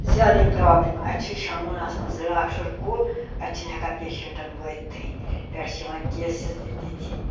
زیادٔے پرٛابلم اَتہِ چھِ شامَن آسان زٕ ڈاکٹر کُل اَتہِ چھِنہٕ ہیٚکان پیشَنٹَن وٲتۍ تھٕے پٮ۪ٹھہِ چھِ یِوان کیسِز تہِ تِتھی